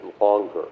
longer